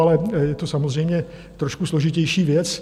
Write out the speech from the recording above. Ale je to samozřejmě trošku složitější věc.